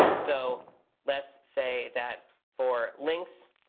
so let's say that, for links,